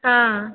हाँ हऽ